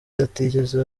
atigeze